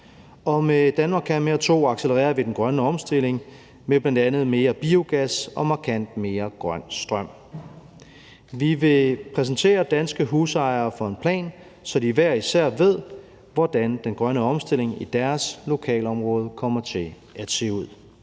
Og med »Danmark kan mere II« accelererer vi den grønne omstilling med bl.a. mere biogas og markant mere grøn strøm. Vi vil præsentere danske husejere for en plan, så de hver især ved, hvordan den grønne omstilling i deres lokalområde kommer til at se ud.